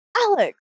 Alex